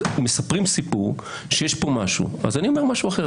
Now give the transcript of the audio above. מספרים סיפור שיש פה משהו, אז אני אומר משהו אחר.